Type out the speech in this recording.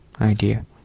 idea